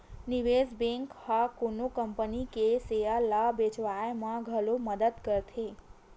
निवेस बेंक ह कोनो कंपनी के सेयर ल बेचवाय म घलो मदद करथे